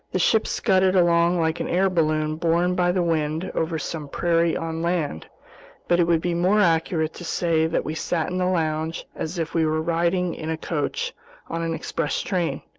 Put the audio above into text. the ship scudded along like an air balloon borne by the wind over some prairie on land but it would be more accurate to say that we sat in the lounge as if we were riding in a coach on an express train.